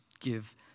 give